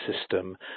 system